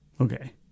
okay